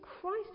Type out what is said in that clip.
Christ